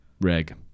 Reg